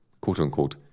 quote-unquote